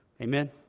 Amen